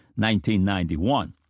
1991